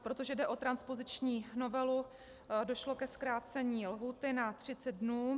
Protože jde o transpoziční novelu, došlo ke zkrácení lhůty na 30 dnů.